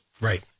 Right